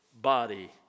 body